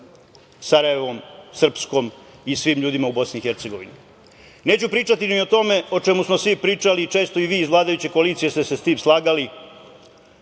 Sarajevom, Srpskom i svim ljudima u Bosni i Hercegovini. Neću pričati ni o tome o čemu smo svi pričali, često i vi iz vladajuće koalicije ste se sa tim slagali